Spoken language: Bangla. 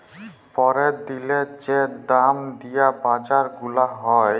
প্যরের দিলের যে দাম দিয়া বাজার গুলা হ্যয়